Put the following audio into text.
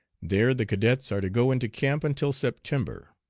there the cadets are to go into camp until september.